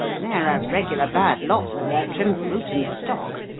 they're a regular bad lot, the bertrams, root and stock.